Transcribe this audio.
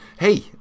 Hey